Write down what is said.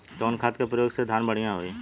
कवन खाद के पयोग से धान बढ़िया होई?